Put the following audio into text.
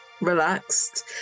Relaxed